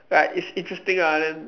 like it's interesting ah then